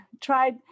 tried